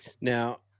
Now